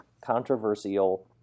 controversial